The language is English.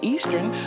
Eastern